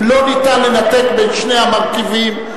לא ניתן לנתק בין שני המרכיבים,